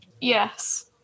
Yes